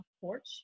porch